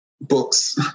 books